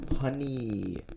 honey